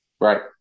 Right